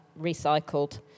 recycled